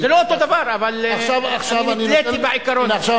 זה לא אותו דבר, אבל אני נתליתי בעיקרון.